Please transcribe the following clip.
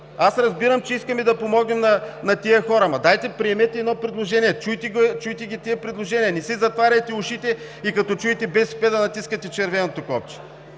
Аз разбирам, че искаме да помогнем на тези хора, ама дайте, приемете едно предложение, чуйте ги тези предложения, не си затваряйте ушите и като чуете БСП, да натискате червеното копче!